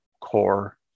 core